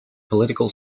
political